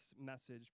message